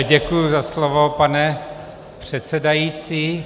Děkuji za slovo, pane předsedající.